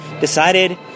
decided